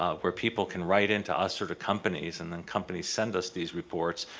ah where people can write into us or to companies and then companies send us these reports.